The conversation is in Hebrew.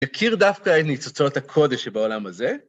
יכיר דווקא את ניצוצות הקודש בעולם הזה.